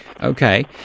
Okay